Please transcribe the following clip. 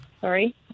sorry